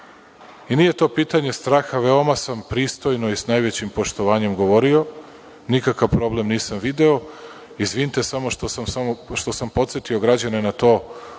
evra. Nije to pitanje straha, veoma sam pristojno i sa najvećim poštovanjem govorio, nikakav problem nisam video, izvinite samo što sam podsetio građane na to,